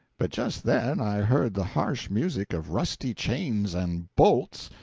but just then i heard the harsh music of rusty chains and bolts,